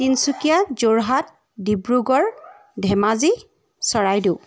Tinsukia Jorhat Dibrugarh Dhemaji Charaideo